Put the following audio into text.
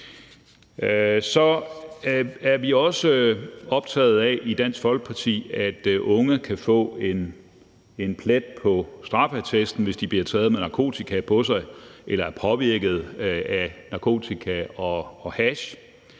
Så er vi også i Dansk Folkeparti optaget af, at unge kan få en plet på straffeattesten, hvis de bliver taget med narkotika på sig eller er påvirket af narkotika og hash,